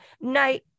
night